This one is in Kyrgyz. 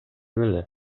беле